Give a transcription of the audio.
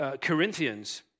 Corinthians